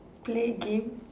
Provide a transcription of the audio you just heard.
play game